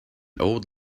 old